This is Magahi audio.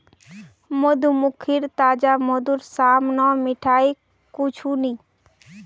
मधुमक्खीर ताजा मधुर साम न मिठाई कुछू नी